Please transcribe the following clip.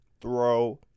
throw